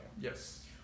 Yes